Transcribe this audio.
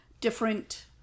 different